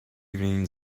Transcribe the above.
evening